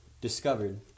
discovered